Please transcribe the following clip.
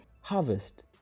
harvest